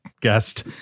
guest